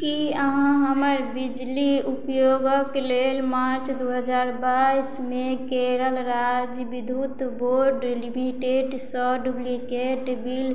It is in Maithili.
की अहाँ हमर बिजली उपयोगक लेल मार्च दू हजार बाइसमे केरल राज्य विद्युत बोर्ड लिमिटेडसँ डुप्लिकेट बिल